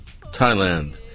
Thailand